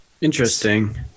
Interesting